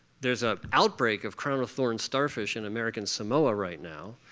there's an outbreak of crown of thorn starfish in american samoa right now.